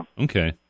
Okay